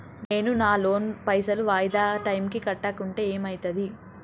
నేను నా లోన్ పైసల్ వాయిదా టైం కి కట్టకుంటే ఏమైతది?